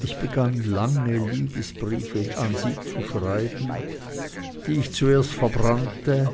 ich begann lange liebesbriefe an sie zu schreiben die ich zuerst verbrannte